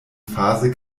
phase